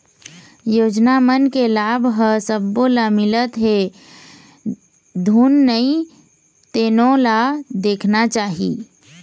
योजना मन के लाभ ह सब्बो ल मिलत हे धुन नइ तेनो ल देखना चाही